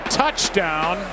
touchdown